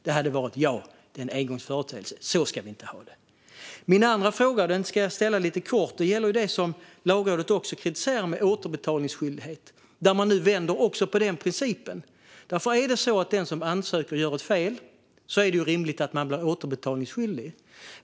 Det hade varit: "Ja, det är en engångsföreteelse, för så ska vi inte ha det." Min andra fråga ska jag ställa lite kort. Den gäller detta med återbetalningsskyldighet, som Lagrådet också kritiserar. Nu vänder man på även den principen. Om den som ansöker gör fel är det rimligt att den blir återbetalningsskyldig.